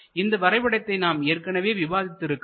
இந்த வரைபடத்தை நாம் ஏற்கனவே விவாதித்து இருக்கிறோம்